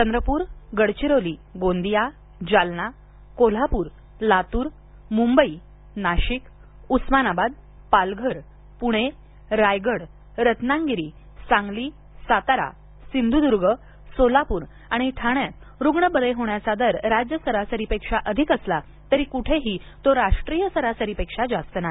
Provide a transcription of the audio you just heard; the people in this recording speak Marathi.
चंद्रपूर गडचिरोली गोंदिया जालना कोल्हापूरलातूरमुंबई नाशिक उस्मानाबाद पालघर प्णे रायगड रत्नागिरी सांगली सातरा सिंधुदुर्ग सोलापूर आणि ठाण्यात रुग्ण बरे होण्याचा दर राज्य सरासरीपेक्षा अधिक असला तरी कुठेही तो राष्ट्रीय सरासरीपेक्षा जास्त नाही